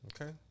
Okay